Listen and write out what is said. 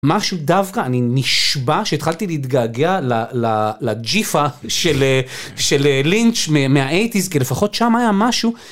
משהו דווקא, אני נשבע שהתחלתי להתגעגע לג'יפה של לינץ' מהאייטיז כי לפחות שם היה משהו.